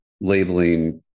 labeling